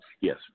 Yes